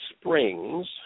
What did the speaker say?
springs